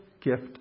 gift